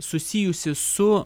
susijusi su